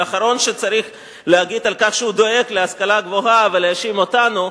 אבל האחרון שצריך להגיד שהוא דואג להשכלה הגבוהה ולהאשים אותנו,